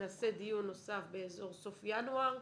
נעשה דיון נוסף באזור סוף ינואר.